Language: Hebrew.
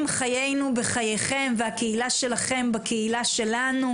חיינו בחייכם והקהילה שלכם בקהילה שלנו,